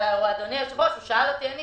אדוני היושב-ראש, הוא שאל אותי ועניתי.